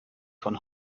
von